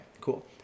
cool